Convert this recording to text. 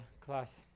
class